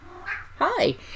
Hi